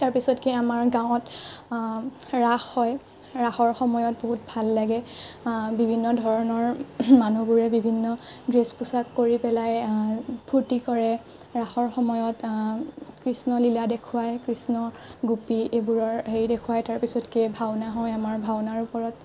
তাৰপিছতকে আমাৰ গাঁৱত ৰাস হয় ৰাসৰ সময়ত বহুত ভাল লাগে বিভিন্ন ধৰণৰ মানুহবোৰে বিভিন্ন ড্ৰেছ পোচাক কৰি পেলাই ফুৰ্তি কৰে ৰাসৰ সময়ত কৃষ্ণলীলা দেখুৱায় কৃষ্ণ গোপী এইবোৰৰ হেৰি দেখুৱায় তাৰপিছতকে ভাওনা হয় আমাৰ ভাওনাৰ ওপৰত